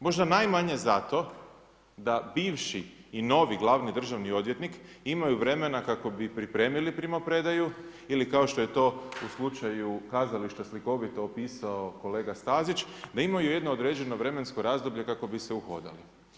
Možda najmanje, zato, da bivši i novi glavni državni odvjetnik, imaju vremena kako bi pripremili primopredaju, ili kao što je to u slučaju kazališta slikovito opisao kolega Stazić, da imaju jedno određeno vremensko razdoblje, kako bi se uhodali.